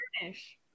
finish